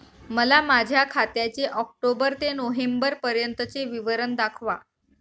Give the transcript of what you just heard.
मला माझ्या खात्याचे ऑक्टोबर ते नोव्हेंबर पर्यंतचे विवरण दाखवा